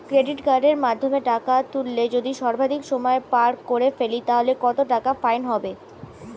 Credit কার্ডের মাধ্যমে টাকা তুললে যদি সর্বাধিক সময় পার করে ফেলি তাহলে কত টাকা ফাইন হবে?